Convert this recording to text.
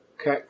Okay